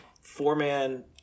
four-man